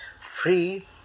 Free